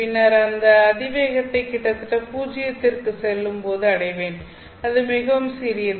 பின்னர் இந்த அதிவேகத்தை கிட்டத்தட்ட பூஜ்ஜியத்திற்குச் செல்லும்போது அடைவேன் இது மிகவும் சிறியது